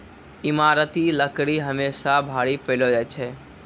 ईमारती लकड़ी हमेसा भारी पैलो जा छै